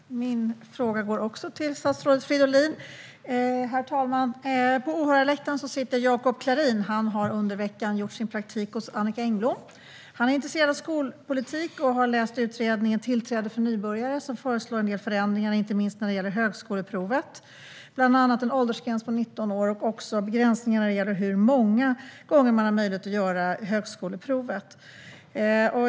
Herr talman! Min fråga går också till statsrådet Fridolin. På åhörarläktaren sitter Jacob Clarin. Han har under veckan gjort sin praktik hos Annicka Engblom. Han är intresserad av skolpolitik och har läst utredningen Tillträde för nybörjare - ett öppnare och enklare system för tillträde till högskoleutbildning , som föreslår en del förändringar. Det gäller inte minst högskoleprovet, med bland annat ett förslag om en åldersgräns på 19 år och också begränsningar när det gäller hur många gånger man har möjlighet att göra högskoleprovet.